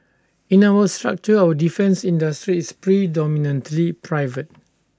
in our structure our defence industry is predominantly private